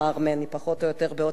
פחות או יותר באותן שנים.